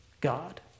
God